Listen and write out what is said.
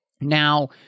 now